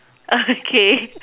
okay